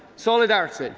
solidarity!